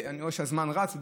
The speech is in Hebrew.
אני רואה שהזמן רץ.